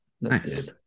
Nice